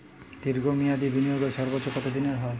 দীর্ঘ মেয়াদি বিনিয়োগের সর্বোচ্চ কত দিনের হয়?